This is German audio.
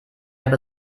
habe